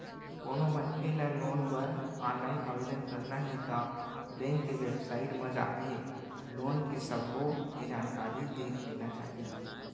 कोनो मनखे ल लोन बर ऑनलाईन आवेदन करना हे ता बेंक के बेबसाइट म जाके लोन के सब्बो के जानकारी देख लेना चाही